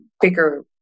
bigger